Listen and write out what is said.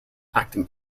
acting